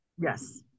Yes